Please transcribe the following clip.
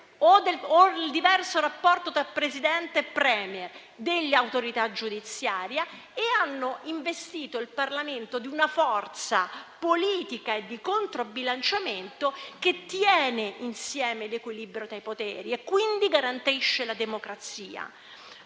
o il diverso rapporto tra Presidente e *Premier,* dell'autorità giudiziaria, e hanno investito il Parlamento di una forza politica e di controbilanciamento che tiene insieme l'equilibrio dei poteri e quindi garantisce la democrazia.